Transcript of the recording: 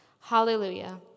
Hallelujah